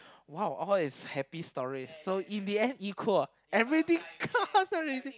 !wow! all is happy stories so in the end equal everything count everything